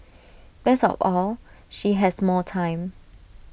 best of all she has more time